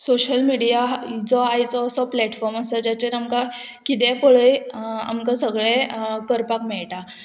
social media जो आयचो असो प्लेटफॉर्म आसा जेचेर आमकां कितेंय पळय आमकां सगळें करपाक मेळटा